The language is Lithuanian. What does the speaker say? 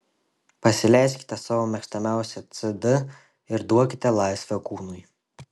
pasileiskite savo mėgstamiausią cd ir duokite laisvę kūnui